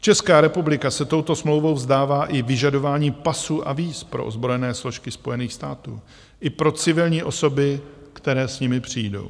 Česká republika se touto smlouvou vzdává i vyžadování pasů a víz pro ozbrojené složky Spojených států i pro civilní osoby, které s nimi přijdou.